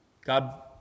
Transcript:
God